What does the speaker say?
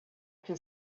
can